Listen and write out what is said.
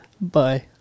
Bye